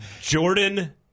Jordan